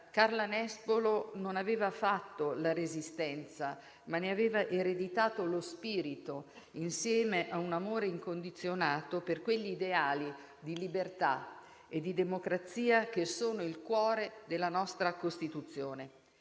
Carla Nespolo non aveva fatto la resistenza ma ne aveva ereditato lo spirito, insieme a un amore incondizionato per quegli ideali di libertà e di democrazia che sono il cuore della nostra Costituzione.